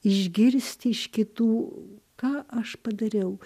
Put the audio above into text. išgirsti iš kitų ką aš padariau